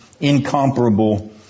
incomparable